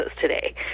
today